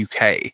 UK